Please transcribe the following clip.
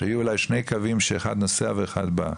שיהיו אולי שני קווים, שאחד נוסע ואחד בא.